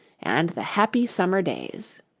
and the happy summer days.